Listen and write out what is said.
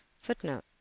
Footnote